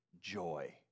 joy